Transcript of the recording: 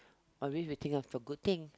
are we waiting of the good thing